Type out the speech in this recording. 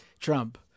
Trump